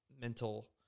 mental